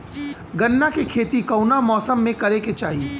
गन्ना के खेती कौना मौसम में करेके चाही?